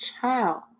child